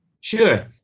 Sure